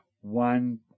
one